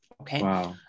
okay